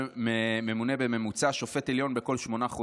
תשחררו שנייה.